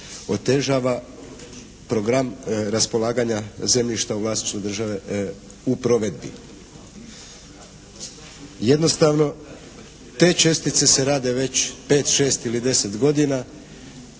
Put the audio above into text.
otežava program raspolaganja zemljištem u vlasništvu države u provedbi. Jednostavno te čestice se rade već 5, 6 ili 10 godina